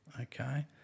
okay